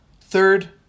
Third